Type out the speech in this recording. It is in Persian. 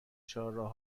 چهارراه